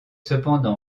cependant